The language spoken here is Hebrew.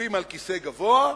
יושבים על כיסא גבוה,